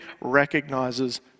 recognizes